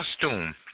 costume